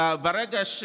נכון וברגע,